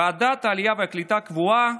ועדת העלייה והקליטה קבועה,